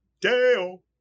Dale